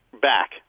back